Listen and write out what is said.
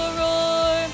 roar